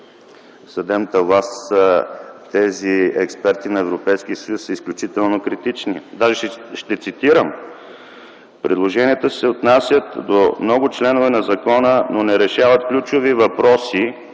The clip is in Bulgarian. съдебната власт. Тези експерти на Европейския съюз са изключително критични, даже ще цитирам: „Предложенията се отнасят до много членове на закона, но не решават ключови въпроси,